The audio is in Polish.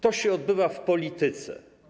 To się odbywa w polityce.